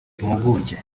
impuguke